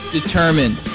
determined